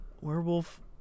Werewolf